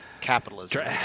capitalism